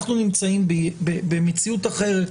אנחנו נמצאים במציאות אחרת